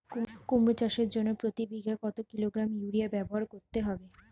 কুমড়ো চাষের জন্য প্রতি বিঘা কত কিলোগ্রাম ইউরিয়া ব্যবহার করতে হবে?